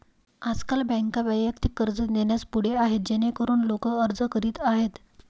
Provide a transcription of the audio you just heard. आजकाल बँका वैयक्तिक कर्ज देण्यास पुढे आहेत जेणेकरून लोक अर्ज करीत आहेत